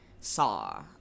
saw